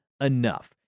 enough